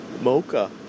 mocha